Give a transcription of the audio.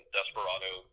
Desperado